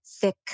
thick